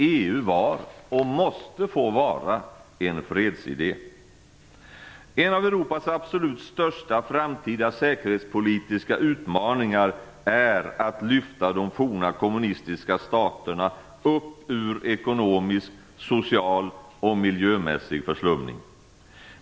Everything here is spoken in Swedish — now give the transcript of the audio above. EU var och måste få vara en fredsidé. En av Europas absolut största framtida säkerhetspolitiska utmaningar är att lyfta de forna kommunistiska staterna upp ur ekonomisk, social och miljömässig förslumning.